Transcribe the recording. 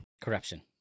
Corruption